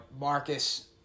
Marcus